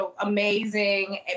amazing